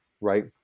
right